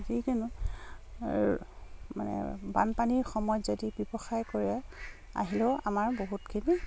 যিকোনো মানে বানপানীৰ সময়ত যদি ব্যৱসায় কৰে আহিলেও আমাৰ বহুতখিনি